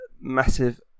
Massive